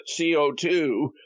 CO2